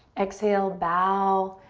exhale, bow,